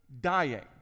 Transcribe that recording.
dying